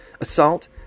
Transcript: assault